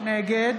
נגד